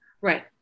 Right